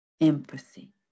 empathy